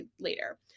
later